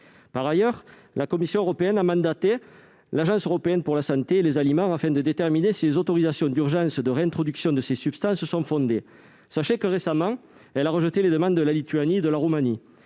Par ailleurs, la Commission européenne a mandaté l'Agence européenne de sécurité des aliments afin de déterminer si les autorisations d'urgence qui réintroduisent ces substances sont fondées. Sachez que, récemment, elle a rejeté les demandes de la Lituanie et de la Roumanie.